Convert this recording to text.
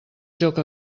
joc